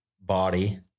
body